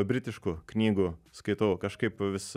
britiškų knygų skaitau kažkaip vis